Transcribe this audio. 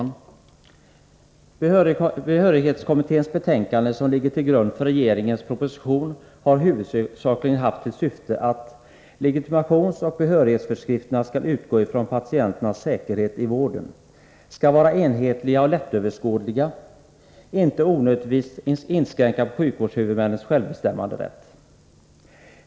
Fru talman! Behörighetskommitténs betänkande, som ligger till grund för regeringens proposition, har huvudsakligen haft till syfte att legitimationsoch behörighetsföreskrifterna skall utgå från patienternas säkerhet i vården samt att de skall vara enhetliga och lättöverskådliga och inte onödigtvis inskränka sjukvårdshuvudmännens självbestämmanderätt.